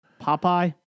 Popeye